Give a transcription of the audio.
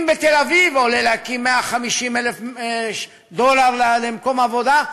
אם בתל-אביב עולה 150,000 דולר להקים מקום עבודה,